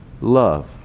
love